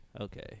Okay